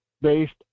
based